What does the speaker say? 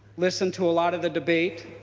listen to a lot of the debate